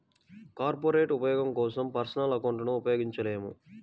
corporate ఉపయోగం కోసం personal అకౌంట్లను ఉపయోగించలేము